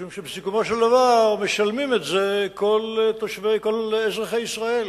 משום שבסיכומו של דבר משלמים את זה כל אזרחי ישראל.